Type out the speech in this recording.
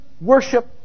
worship